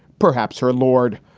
perhaps her lord.